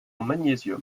magnésium